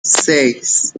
seis